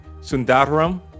Sundaram